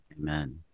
Amen